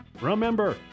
Remember